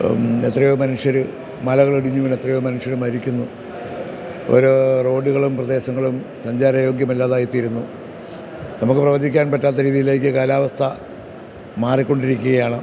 എത്രയോ മനുഷ്യർ മലകളിടിഞ്ഞ് വീണ് എത്രയോ മനുഷ്യർ മരിക്കുന്നു ഓരോ റോഡുകളും പ്രദേശങ്ങളും സഞ്ചാരയോഗ്യമല്ലാതായിത്തീരുന്നു നമുക്ക് പ്രവചിക്കാൻ പറ്റാത്ത രീതിയിലേയ്ക്ക് കാലാവസ്ഥ മാറിക്കൊണ്ടിരിക്കുകയാണ്